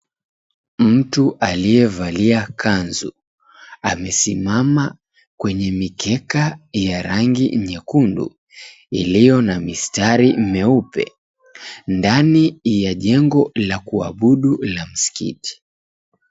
Mtu aliyevalia kanzu amesimama kwenye mikeka ya rangi nyekundu iliyo na mistari myeupe ndani ya jengo la kuabudu la msikiti.